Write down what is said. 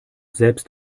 selbst